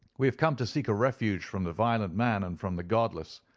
we have come to seek a refuge from the violent man and from the godless,